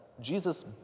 Jesus